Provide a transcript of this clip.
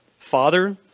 Father